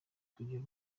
kugira